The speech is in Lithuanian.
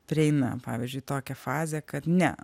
prieina pavyzdžiui tokią fazę kad ne